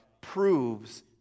proves